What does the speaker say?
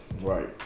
Right